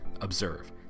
Observe